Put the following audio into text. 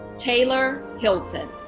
taylor hilton.